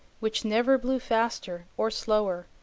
which never blew faster or slower,